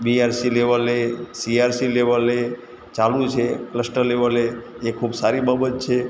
બી R C લેવલે C R C લેવલે ચાલુ છે ક્લસ્ટર લેવલે એ ખૂબ સારી બાબત છે